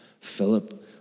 Philip